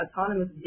autonomous